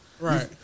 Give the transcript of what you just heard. Right